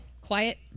Quiet